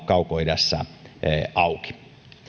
kaukoidässä auki